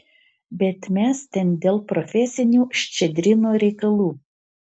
bet mes ten dėl profesinių ščedrino reikalų